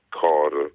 Carter